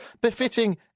befitting